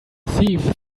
thief